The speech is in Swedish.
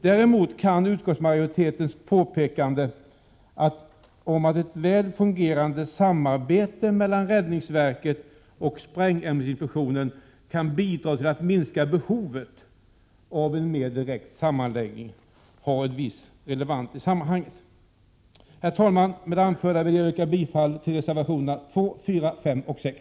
Däremot kan utskottsmajoritetens påpekande, att ett väl fungerande samarbete mellan räddningsverket och sprängämnesinspektionen kan bidra till att minska behovet av en mer direkt sammanläggning, ha en viss relevans i sammanhanget. Herr talman! Med det anförda vill jag yrka bifall till reservationerna 2, 4, 5 och 6.